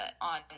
on